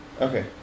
Okay